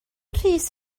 rhys